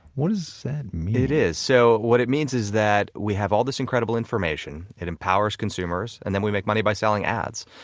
what does that mean? it is. so what it means is that we have all this incredible information, it empowers consumers, and then we make money by selling ads.